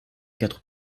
quatre